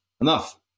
enough